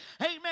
amen